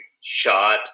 shot